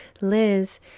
Liz